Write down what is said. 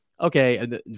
okay